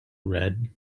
red